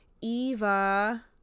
Eva